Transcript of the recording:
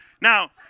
Now